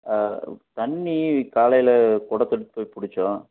தண்ணி காலையில் குடத்தை எடுத்துகிட்டு போய் பிடுச்சோம்